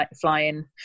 flying